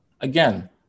Again